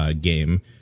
game